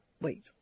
wait